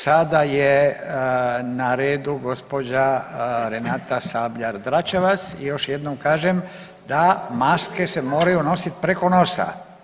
Sada je na redu gospođa Renata Sabljar Dračevac i još jednom kažem da maske se moraju nositi preko nosa.